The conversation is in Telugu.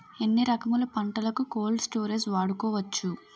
ఎన్ని రకములు పంటలకు కోల్డ్ స్టోరేజ్ వాడుకోవచ్చు?